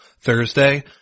Thursday